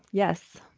yes,